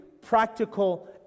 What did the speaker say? practical